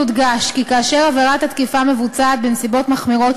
יודגש כי כאשר עבירת התקיפה נעשית בנסיבות מחמירות,